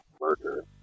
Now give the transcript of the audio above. murder